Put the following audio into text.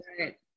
right